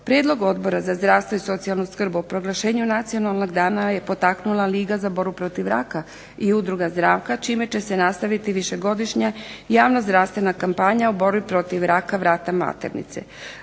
Prijedlog Odbora za zdravstvo i socijalnu skrb o proglašenju nacionalnog dana je potaknula Liga za borbu protiv raka i udruga "Zraka" čime će se nastaviti višegodišnja javno zdravstvena kampanja u borbi protiv raka vrata maternice.